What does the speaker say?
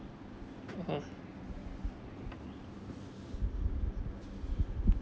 uh